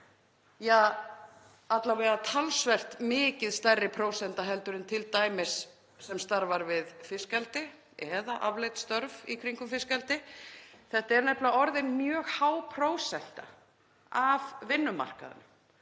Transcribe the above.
alla vega talsvert mikið stærri prósenta heldur en t.d. sem starfar við fiskeldi eða afleidd störf í kringum það. Þetta er nefnilega orðin mjög há prósenta af vinnumarkaðnum